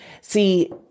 See